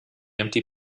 empty